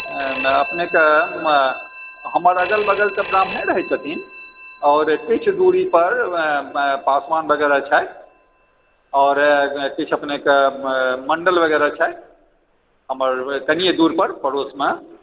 अपनेके हमर अगल बगल तऽ ब्राह्मणे रहै छथिन और किछु दूरी पर पासवान वगेरह छथि और अपनेके किछु मंडल वगेरह छथि हमर कनिये दूर पर पड़ोस मे